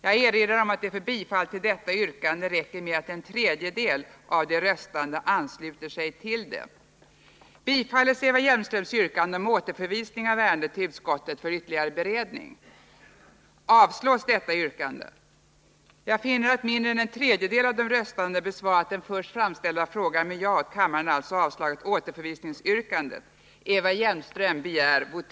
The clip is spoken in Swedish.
Jag erinrar om att det i 4 kap. 9 § riksdagsordningen föreskrives följande: ” Ärende, i vilket utskott har avgivit betänkande, skall från kammaren återförvisas till utskottet för ytterligare beredning, om minst en tredjedel av de röstande ansluter sig till yrkande om det.”